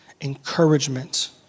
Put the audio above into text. encouragement